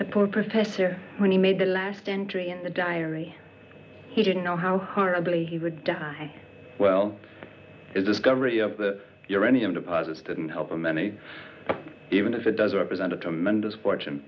the poor professor when he made the last entry in the diary he didn't know how horribly he would die well if discovery of the uranium deposits didn't help him any even if it does represent a tremendous fortune